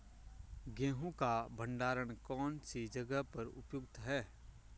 गेहूँ का भंडारण कौन सी जगह पर उपयुक्त है?